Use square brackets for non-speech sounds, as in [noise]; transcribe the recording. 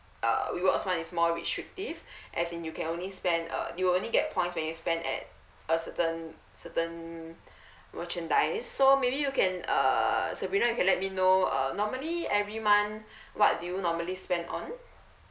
uh rewards [one] is more restrictive [breath] as in you can only spend uh you will only get points when you spend at a certain certain [breath] merchandise so maybe you can err sabrina you can let me know uh normally every month [breath] what do you normally spend on